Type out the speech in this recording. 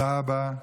תודה רבה,